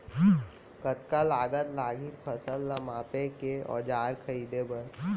कतका लागत लागही फसल ला मापे के औज़ार खरीदे बर?